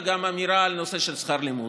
וגם אמירה בנושא שכר לימוד.